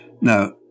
Now